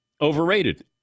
overrated